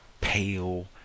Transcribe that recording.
pale